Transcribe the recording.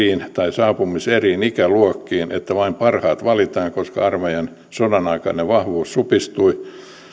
saapumiseriin ikäluokkiin siten että vain parhaat valitaan koska armeijan sodanaikainen vahvuus supistui